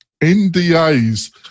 NDAs